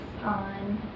on